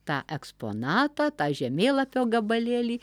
tą eksponatą tą žemėlapio gabalėlį